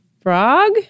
frog